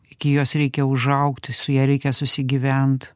iki jos reikia užaugti su ja reikia susigyvent